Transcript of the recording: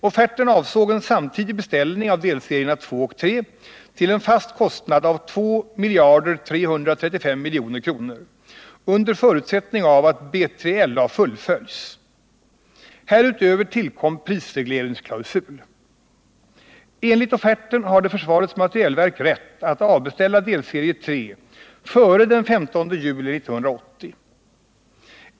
Offerten avsåg en samtidig beställning av delserierna 2 och 3 till en fast kostnad av 2 335 milj.kr. under förutsättning av att BJLA fullföljs. Härutöver tillkom prisregleringsklausul. Enligt offerten hade försvarets materielverk rätt att avbeställa delserie 3 före den 15 juli 1980.